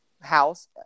house